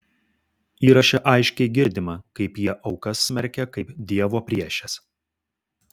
įraše aiškiai girdima kaip jie aukas smerkia kaip dievo priešes